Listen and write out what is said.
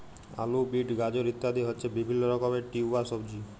আলু, বিট, গাজর ইত্যাদি হচ্ছে বিভিল্য রকমের টিউবার সবজি